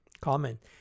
Comment